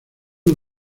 uno